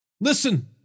Listen